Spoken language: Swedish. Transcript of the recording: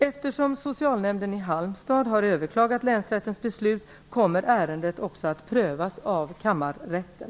Eftersom socialnämnden i Halmstad har överklagat länsrättens beslut kommer ärendet också att prövas av kammarrätten.